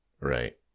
Right